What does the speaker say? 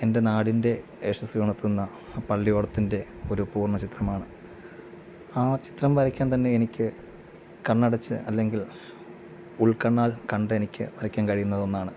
എൻ്റെ നാടിൻ്റെ യശസ്സ് ഉണർത്തുന്ന പള്ളിയോടത്തിൻ്റെ ഒരു പൂർണ്ണചിത്രമാണ് ആ ചിത്രം വരയ്ക്കാൻ തന്നെ എനിക്ക് കണ്ണടച്ച് അല്ലെങ്കിൽ ഉൾക്കണ്ണാൽ കണ്ടെനിക്ക് വരയ്ക്കാൻ കഴിയുന്ന ഒന്നാണ്